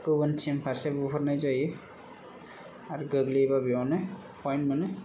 गुबुन टिमफारसे बुहरनाय जायो आरो गोग्लैबा बेयावनो पयेन्ट मोनो